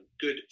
good